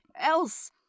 else